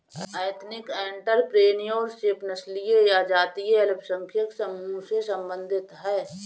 ethnic entrepreneurship नस्लीय या जातीय अल्पसंख्यक समूहों से संबंधित हैं